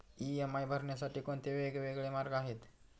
EMI भरण्यासाठी कोणते वेगवेगळे मार्ग आहेत?